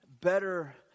better